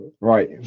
right